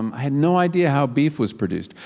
um i had no idea how beef was produced.